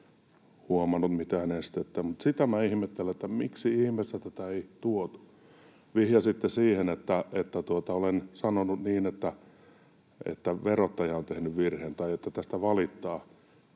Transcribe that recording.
huomannut mitään estettä. Sitä minä ihmettelen, miksi ihmeessä tätä ei tuotu. Vihjasitte siihen, että olen sanonut niin, että verottaja on tehnyt virheen tai että tästä valitetaan.